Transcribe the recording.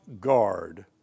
guard